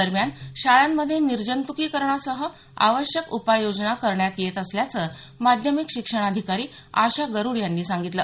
दरम्यान शाळांमध्ये निर्जंतुकीकरणासह आवश्यक उपाय योजना करण्यात येत असल्याचं माध्यमिक शिक्षणाधिकारी आशा गरुड यांनी सांगितलं